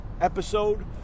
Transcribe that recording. episode